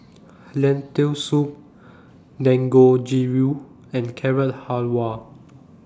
Lentil Soup Dangojiru and Carrot Halwa